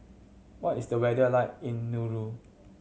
what is the weather like in Nauru